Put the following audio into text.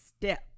step